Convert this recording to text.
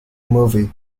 movie